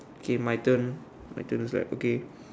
okay my turn my turn to start okay